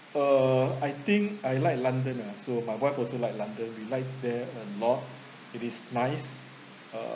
uh I think I like london ah so my wife also like london we like there a lot it is nice uh